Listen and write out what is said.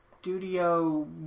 Studio